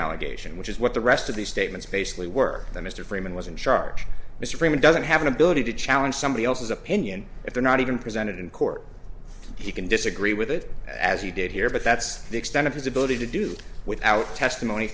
allegation which is what the rest of these statements basically work that mr freeman was in charge mr freeman doesn't have an ability to challenge somebody else's opinion if they're not even presented in court you can disagree with it as you did here but that's the extent of his ability to do without testimony